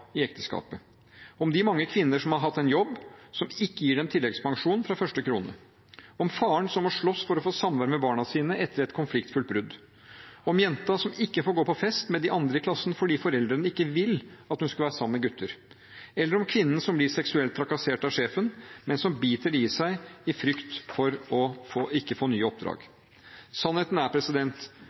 i ekteskapet, om de mange kvinner som har hatt en jobb som ikke har gitt dem tilleggspensjon fra første krone, om faren som må slåss for å få samvær med barna sine etter et konfliktfylt brudd, om jenta som ikke får gå på fest med de andre i klassen fordi foreldrene ikke vil at hun skal være sammen med gutter, eller om kvinnen som blir seksuelt trakassert av sjefen, men som biter det i seg, i frykt for ikke å få nye oppdrag. Sannheten er